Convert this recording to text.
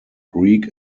greek